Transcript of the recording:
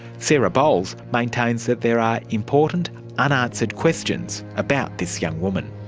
sarah bowles maintains that there are important unanswered questions about this young woman.